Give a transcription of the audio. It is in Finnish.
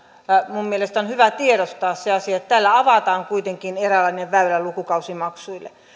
minun mielestäni on hyvä tiedostaa se asia että tällä avataan kuitenkin eräänlainen väylä lukukausimaksuille